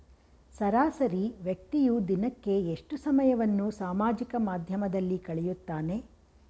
ಸರಾಸರಿ ವ್ಯಕ್ತಿಯು ದಿನಕ್ಕೆ ಎಷ್ಟು ಸಮಯವನ್ನು ಸಾಮಾಜಿಕ ಮಾಧ್ಯಮದಲ್ಲಿ ಕಳೆಯುತ್ತಾನೆ?